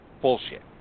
Bullshit